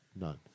None